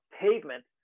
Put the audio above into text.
pavement